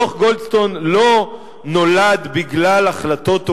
דוח-גולדסטון לא נולד בגלל החלטות או